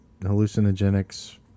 hallucinogenics